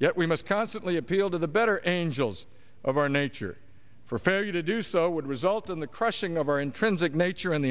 yet we must constantly appeal to the better angels of our nature for failure to do so would result in the crushing of our intrinsic nature and the